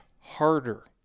harder